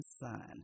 son